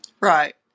right